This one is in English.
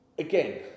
Again